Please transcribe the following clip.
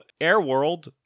airworld